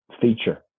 feature